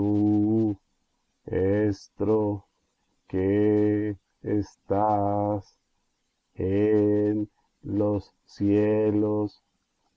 nuestro que es tás en los cielos